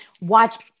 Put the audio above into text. watch